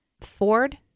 Ford